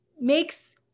makes